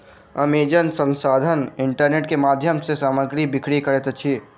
Amazon संस्थान internet के माध्यम सॅ सामग्री बिक्री करैत अछि